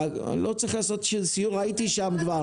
אני לא צריך לעשות שם סיור, כבר הייתי שם.